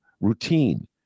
routine